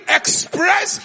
express